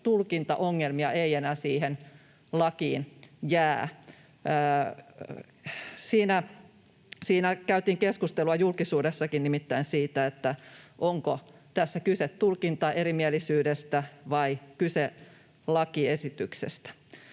tulkintaongelmia ei enää siihen lakiin jää. Käytiin keskustelua julkisuudessakin nimittäin siitä, onko tässä kyse tulkintaerimielisyydestä vai lakiesityksestä.